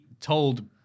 told